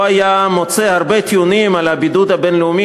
הוא היה מוצא הרבה טיעונים על הבידוד הבין-לאומי